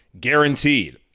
guaranteed